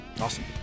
Awesome